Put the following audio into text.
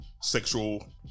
sexual